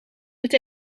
het